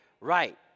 right